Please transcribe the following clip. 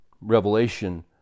Revelation